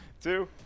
two